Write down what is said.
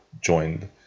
joined